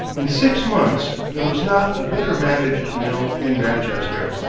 in six months there was not a better-managed mill in manchester.